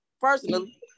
personally